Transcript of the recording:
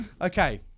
Okay